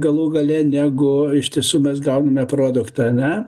galų gale negu iš tiesų mes gauname produktą ane